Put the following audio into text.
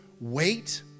wait